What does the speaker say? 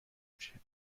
بشه